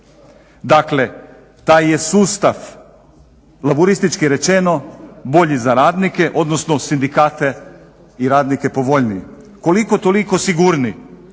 dakle taj je sustav laburistički rečeno bolji za radnike, odnosno sindikate i radnike povoljniji. Koliko toliko sigurniji.